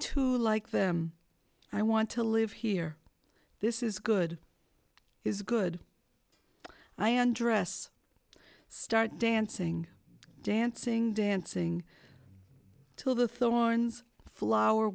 to like them i want to live here this is good is good i am dress start dancing dancing dancing to the thorns flo